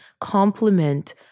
complement